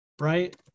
right